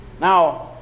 Now